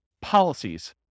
policies